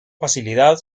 facilidad